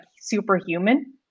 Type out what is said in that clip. superhuman